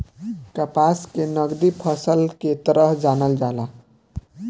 कपास के नगदी फसल के तरह जानल जाला